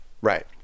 right